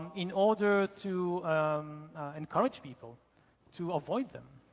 in order to encourage people to avoid them.